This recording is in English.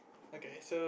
okay